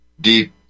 deep